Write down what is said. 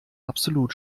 absolut